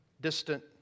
distant